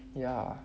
ya